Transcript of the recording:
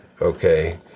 okay